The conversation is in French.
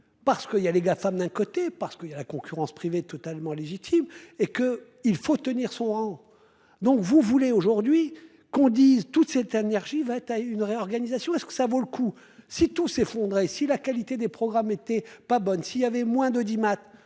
parce qu'il y a les Gafam, d'un côté parce qu'il y a la concurrence privée totalement légitime et que il faut tenir son rang. Donc vous voulez aujourd'hui qu'on dise toute cette énergie va t'as une réorganisation est ce que ça vaut le coup si tout s'effondrer, si la qualité des programmes étaient pas bonnes, si il y avait moins de 10 maths